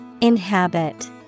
Inhabit